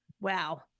Wow